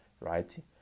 Right